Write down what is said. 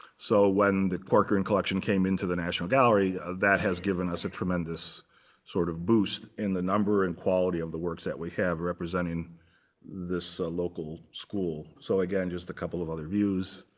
so when the corcoran collection came into the national gallery, that has given us a tremendous sort of boost in the number and quality of the work that we have represented in this local school. so again, just a couple of other views